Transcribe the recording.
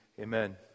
Amen